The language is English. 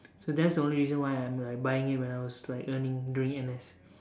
so that's the only reason why I'm like buying it when I was like earning during N_S